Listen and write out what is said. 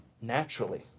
naturally